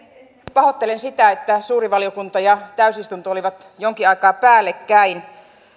pahoittelen sitä että suuri valiokunta ja täysistunto olivat jonkin aikaa päällekkäin